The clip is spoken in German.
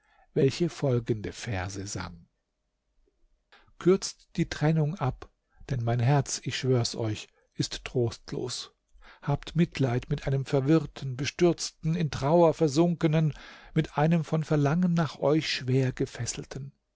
welche folgende verse sang kürzt die trennung ab denn mein herz ich schwör's euch ist trostlos habt mitleid mit einem verwirrten bestürzten in trauer versunkenen mit einem von verlangen nach euch schwer gefesselten